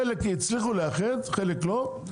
חלק הצליחו לאחד חלק לא,